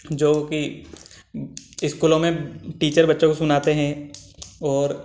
जो कि स्कूलो में टीचर बच्चों को सुनाते हैं और